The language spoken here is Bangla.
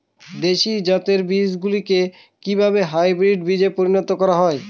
দেশি জাতের বীজগুলিকে কিভাবে হাইব্রিড বীজে পরিণত করা হয়?